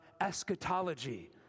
eschatology